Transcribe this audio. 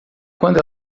quando